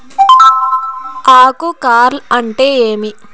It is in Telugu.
ఆకు కార్ల్ అంటే ఏమి?